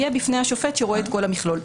יהיה בפני השופט שרואה את כל המכלול.